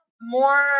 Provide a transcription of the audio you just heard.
more